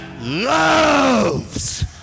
loves